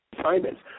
assignments